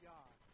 God